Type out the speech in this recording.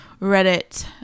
Reddit